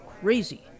crazy